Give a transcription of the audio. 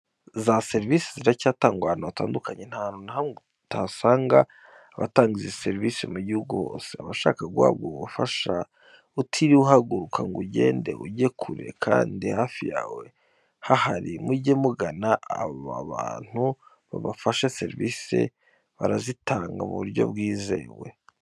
Za serivise ziracyatangwa ahantu hatandukanye nta hantu na hamwe utasanga abatanga izi serivise mu gihugu hose. Abashaka guhabwa ubu bufasha utiriwe uhaguruka ngo ugende ujye kure kandi hafi yawe hahari. Mujye mugana aba bantu babafashe serivise barazitanga mu buryo bwizewe.